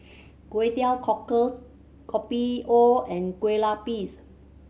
Kway Teow Cockles Kopi O and Kueh Lupis